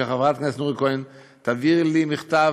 שחברת הכנסת נורית קורן תעביר לי מכתב,